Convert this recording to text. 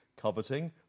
coveting